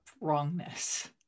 wrongness